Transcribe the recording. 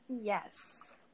Yes